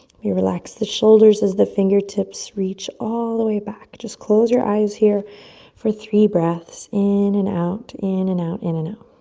relax the shoulders as the fingertips reach all the way back. just close your eyes here for three breaths, in and out, in and out, in and out.